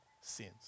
sins